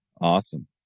Awesome